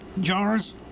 jars